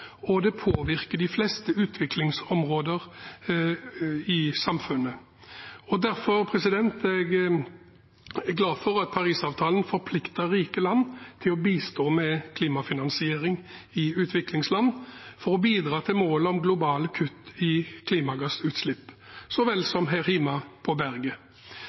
og det påvirker de fleste utviklingsområder i samfunnet. Derfor er jeg glad for at Parisavtalen forplikter rike land til å bistå med klimafinansiering i utviklingsland for å bidra til målet om globale kutt i klimagassutslipp, så vel som her hjemme på berget.